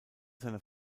seiner